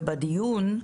ובדיון,